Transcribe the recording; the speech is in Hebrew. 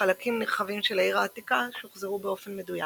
חלקים נרחבים של העיר העתיקה שוחזרו באופן מדויק.